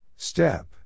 Step